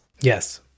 Yes